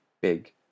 big